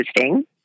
interesting